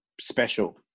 special